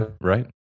right